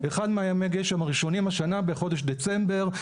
אחד מימי הגשם הראשונים השנה בחודש דצמבר,